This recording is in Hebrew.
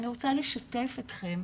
אני רוצה לשתף אתכם